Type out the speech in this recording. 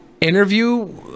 interview